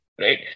right